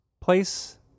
place